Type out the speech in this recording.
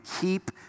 keep